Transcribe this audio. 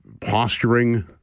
posturing